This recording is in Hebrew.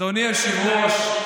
אדוני היושב-ראש,